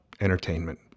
entertainment